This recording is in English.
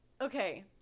okay